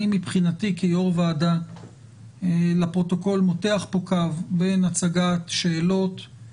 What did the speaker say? אני מבחינתי כיו"ר ועדה לפרוטוקול מותח פה קו בין הצגת שאלות,